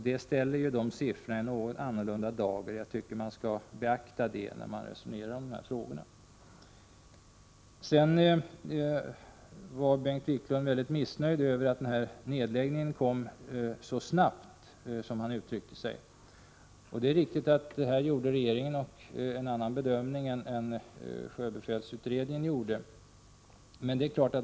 Detta ställer siffrorna i en något annorlunda dager. Jag tycker att man skall beakta det när man resonerar om dessa frågor. Bengt Wiklund var också mycket missnöjd med att nedläggningen kom så snabbt, som han uttryckte sig. Det är riktigt att regeringen här gjort en annan bedömning än sjöbefälsutredningen.